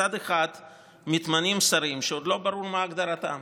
מצד אחד מתמנים שרים שעוד לא ברור מה הגדרתם.